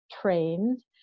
trained